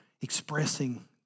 expressing